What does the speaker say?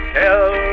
tell